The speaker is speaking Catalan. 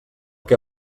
que